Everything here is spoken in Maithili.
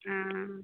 हँ